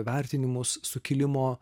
vertinimus sukilimo